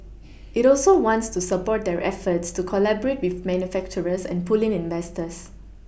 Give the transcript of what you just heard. it also wants to support their efforts to collaborate with manufacturers and pull in investors